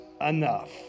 enough